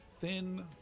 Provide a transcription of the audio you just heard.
thin